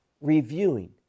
reviewing